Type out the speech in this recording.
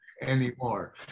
anymore